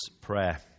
Prayer